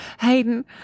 Hayden